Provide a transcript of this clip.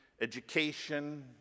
education